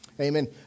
Amen